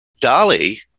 Dolly